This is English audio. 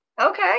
okay